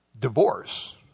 divorce